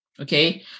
Okay